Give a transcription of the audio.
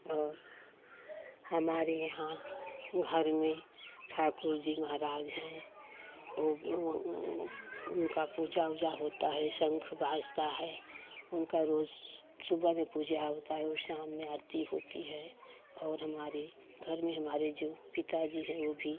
और हमारे यहाँ उहर में ठाकुर जी महाराज हैं वो उनका पूजा ऊजा होता है शंख बजता है उनका रोज सुबह भी पूजा होता है रोज शाम में आरती होती है और हमारे घर में हमारे जो पिता जी हैं वो भी